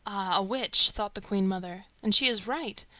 a witch! thought the queen-mother and she is right.